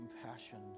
compassion